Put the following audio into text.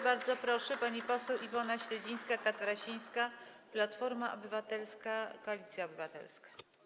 Bardzo proszę, pani poseł Iwona Śledzińska-Katarasińska, Platforma Obywatelska - Koalicja Obywatelska.